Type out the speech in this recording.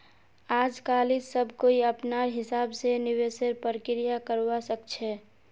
आजकालित सब कोई अपनार हिसाब स निवेशेर प्रक्रिया करवा सख छ